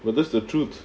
well that's the truth